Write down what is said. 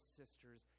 sisters